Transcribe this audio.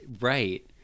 Right